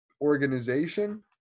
organization